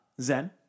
Zen